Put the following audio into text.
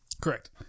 Correct